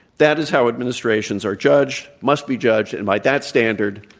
that is how administrations are judged, must be judged. and by that standard,